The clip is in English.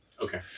Okay